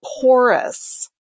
porous